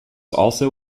also